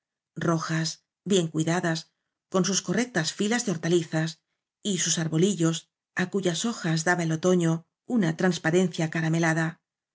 rojas bien cuidadas con sus correctas ñlas de hortalizas y sus arbolillos á cuyas hojas daba el otoño una transparencia acaramelada